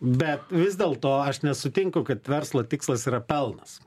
be vis dėlto aš nesutinku kad verslo tikslas yra pelnas